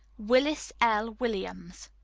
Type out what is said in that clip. willis l. williams.